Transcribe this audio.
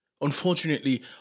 Unfortunately